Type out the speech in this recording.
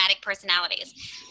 personalities